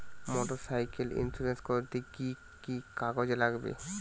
Motorcycle insurance করতে কি কি কাগজ লাগবে?